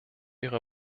ihre